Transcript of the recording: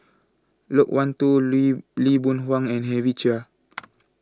Loke Wan Tho Lee Lee Boon Wang and Henry Chia